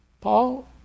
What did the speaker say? Paul